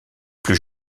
plus